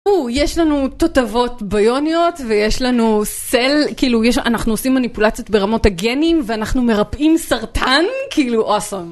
יש לנו תותבות ביוניות ויש לנו Cell, כאילו אנחנו עושים מניפולציות ברמות הגנים ואנחנו מרפאים סרטן, כאילו Awsom.